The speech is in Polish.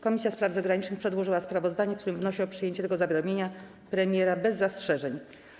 Komisja Spraw Zagranicznych przedłożyła sprawozdanie, w którym wnosi o przyjęcie tego zawiadomienia premiera bez zastrzeżeń.